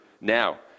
Now